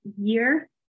year